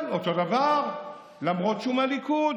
דרך אגב,